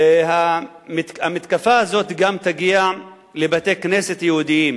המתקפה הזאת תגיע גם לבתי-כנסת יהודיים,